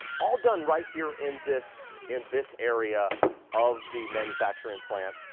all done right here in this in this area of the manufacturing plant.